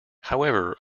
however